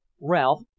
Ralph